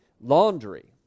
laundry